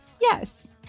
yes